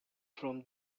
from